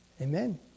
Amen